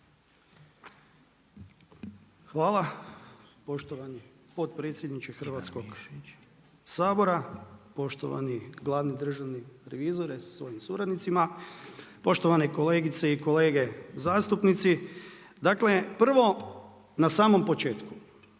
Hvala. Poštovani potpredsjedniče Hrvatskog sabora, poštovani glavni državni revizore sa svojim suradnicima. Poštovane kolegice i kolege zastupnici. Dakle, prvo na samom početku,